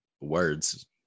words